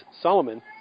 Solomon